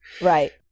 right